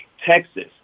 Texas